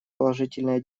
положительная